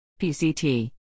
PCT